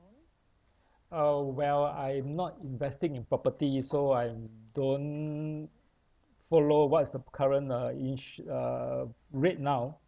uh well I'm not investing in property so I don't follow what is the current uh ins~ uh rate now